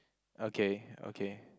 okay okay